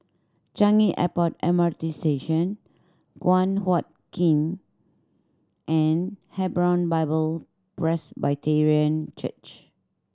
Changi Airport M R T Station Guan Huat Kiln and Hebron Bible Presbyterian Church